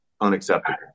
unacceptable